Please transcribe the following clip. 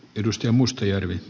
arvoisa puhemies